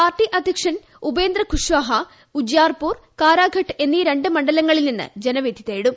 party അദ്ധ്യക്ഷൻ ഉപേന്ദ്ര കുഷാഹ ഉജ്ജ്യാർപൂർ കാരാഘട്ട് എന്നീ രണ്ട് മണ്ഡലങ്ങളിൽ നിന്ന് ജനവിധി തേടും